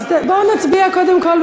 אז בואו נצביע קודם כול,